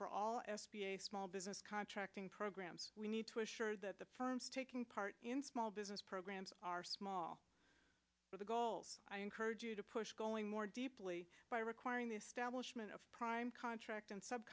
for all s b a small business contracting programs we need to assure that the firms taking part in small business programs are small but the goals i encourage you to push going more deeply by requiring the establishment of prime contract and sub